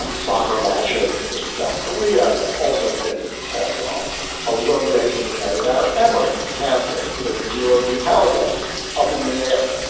um soccer matches in south korea have also been called off a road race in the united our emirates canceled the zero italia up in the air.